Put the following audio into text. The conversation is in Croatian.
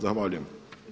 Zahvaljujem.